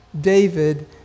David